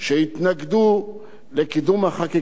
וכל אחד מזווית הראייה שלו,